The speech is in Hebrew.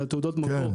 על תעודות מקור.